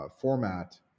format